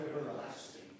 everlasting